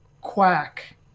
quack